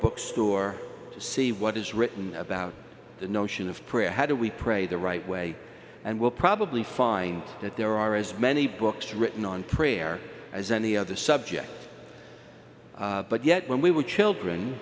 bookstore to see what is written about the notion of prayer how do we pray the right way and will probably find that there are as many books written on prayer as any other subject but yet when we were children